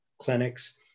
clinics